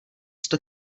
sto